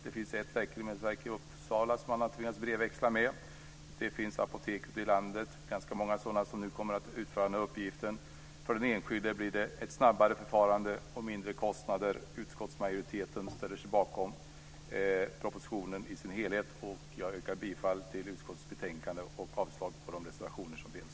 Det finns ett läkemedelsverk i Uppsala som man har tvingats brevväxla med. Det finns ganska många apotek ute i landet som nu kommer att kunna utföra den här uppgiften. För den enskilde blir det ett snabbare förfarande och mindre kostnader. Utskottsmajoriteten ställer sig bakom propositionen i dess helhet. Jag yrkar bifall till utskottets förslag och avslag på de reservationer som finns.